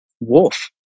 wolf